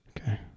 Okay